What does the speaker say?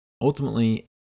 Ultimately